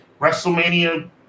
WrestleMania